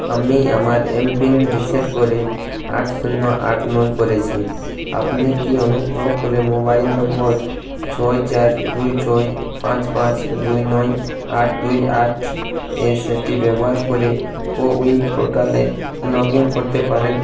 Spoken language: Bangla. আমি আমার এমপিন রিসেট করে আট শূন্য আট নয় করেছি আপনি কি অনুগ্রহ করে মোবাইল নম্বর ছয় চার দুই ছয় পাঁচ পাঁচ দুই নয় আট দুই আট এ সেটি ব্যবহার করে কো উইন পোর্টালে লগ ইন করতে পারেন